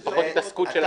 זה פחות התעסקות של הנהג.